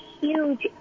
huge